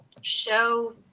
show